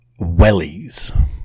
wellies